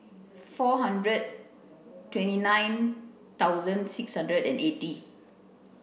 four hundred twenty nine thousand six hundred and eighty